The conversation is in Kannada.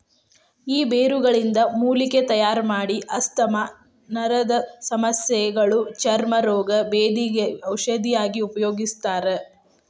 ಈ ಬೇರುಗಳಿಂದ ಮೂಲಿಕೆ ತಯಾರಮಾಡಿ ಆಸ್ತಮಾ ನರದಸಮಸ್ಯಗ ಚರ್ಮ ರೋಗ, ಬೇಧಿಗ ಔಷಧಿಯಾಗಿ ಉಪಯೋಗಿಸ್ತಾರ